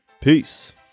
Peace